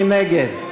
מי נגד?